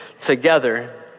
together